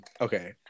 okay